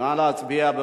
נא להצביע.